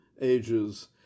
Ages